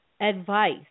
advice